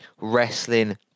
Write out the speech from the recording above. Wrestling